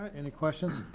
ah any questions?